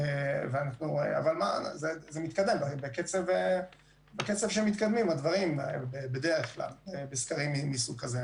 אבל זה מתקדם בקצב שמתקדמים הדברים בדרך כלל בסקרים מסוג כזה.